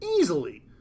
Easily